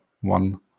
one